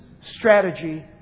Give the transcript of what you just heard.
strategy